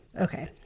okay